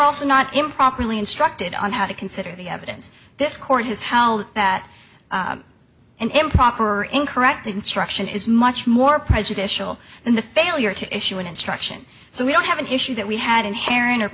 also not improperly instructed on how to consider the evidence this court has held that an improper or incorrect instruction is much more prejudicial than the failure to issue an instruction so we don't have an issue that we had inherent o